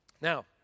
Now